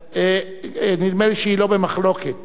הצעת הרשות הארצית לכבאות והצלה.